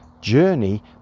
journey